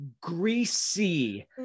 greasy